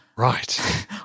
Right